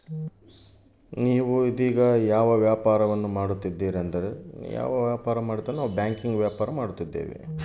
ನೇವು ಇದೇಗ ಯಾವ ವ್ಯಾಪಾರವನ್ನು ಮಾಡುತ್ತಿದ್ದೇರಿ?